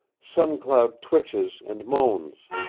sun cloud twitches and moans.